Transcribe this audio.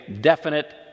definite